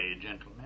gentlemen